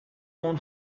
اون